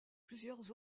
plusieurs